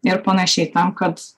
ir panašiai tam kad